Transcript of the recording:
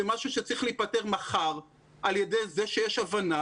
זה משהו שצריך להיפתר מחר על ידי זה שיש הבנה